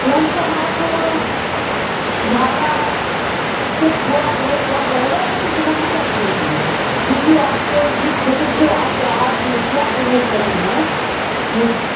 lump सम आप भाड़ा उससे थोड़ा बहुत कम रहेगा ना त उतना ही रख लिजिए क्योंकि आप जिस क्षेत्र पर आकर आप मिर्ज़ापुर में खड़ी हैं